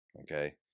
Okay